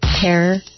terror